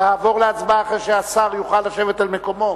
ואעבור להצבעה אחרי שהשר יוכל לשבת במקומו